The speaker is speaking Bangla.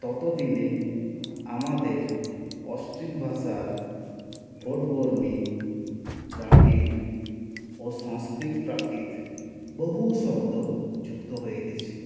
ততদিনে আমাদের অস্ট্রিক ভাষার ভোটবর্মী দ্রাবিড় ও সংস্কৃত প্রাকৃত বহু শব্দ যুক্ত হয়ে গেছে